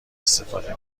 استفاده